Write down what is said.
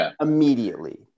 immediately